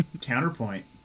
Counterpoint